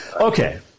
Okay